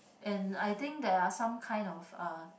and I think there are some kind of uh